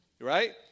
Right